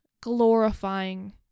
glorifying